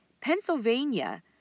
Pennsylvania